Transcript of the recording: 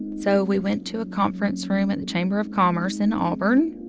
so we went to a conference room at the chamber of commerce in auburn.